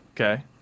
Okay